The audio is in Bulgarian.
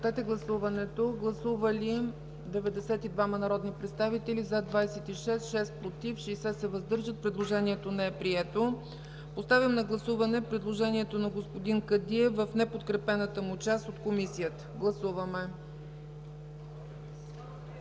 Гласуваме. Гласували 92 народни представители: за 26, против 6, въздържали се 60. Предложението не е прието. Поставям на гласуване предложението на господин Кадиев в неподкрепената му част от Комисията. Гласували